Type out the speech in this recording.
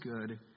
good